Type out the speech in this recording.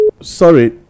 Sorry